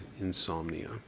insomnia